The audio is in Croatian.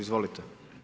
Izvolite.